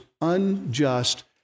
unjust